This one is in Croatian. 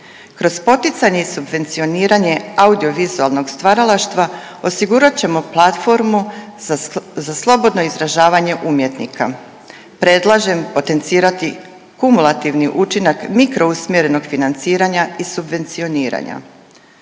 Kroz poticanje i subvencioniranje audio-vizualnog stvaralaštva osigurat ćemo platformu za slobodno izražavanje umjetnika. Predlažem potencirati kumulativni učinak mikro usmjerenog financiranja i subvencioniranja.